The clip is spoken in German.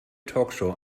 talkshow